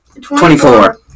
Twenty-four